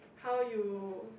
how you